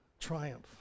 triumph